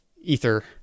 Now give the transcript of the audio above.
ether